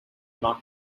not